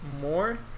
more